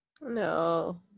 no